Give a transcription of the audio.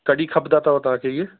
कॾहिं खपंदा अथव तव्हांखे ईअं